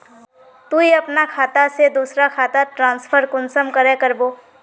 तुई अपना खाता से दूसरा खातात ट्रांसफर कुंसम करे करबो?